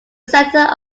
center